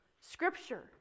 Scripture